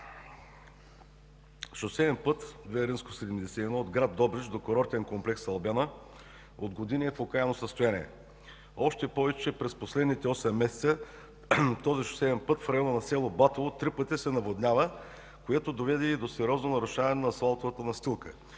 Шосеен път ІІ –71 от гр. Добрич до курортен комплекс „Албена” от години е в окаяно състояние, още повече че през последните осем месеца този шосеен път в района на с. Батово три пъти се наводнява, което доведе и до сериозно нарушаване на асфалтовата настилка